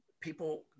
people